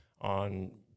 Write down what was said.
on